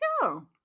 go